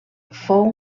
fou